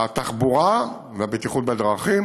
התחבורה והבטיחות בדרכים,